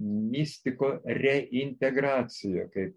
mistiko reintegracija kaip